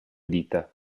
dita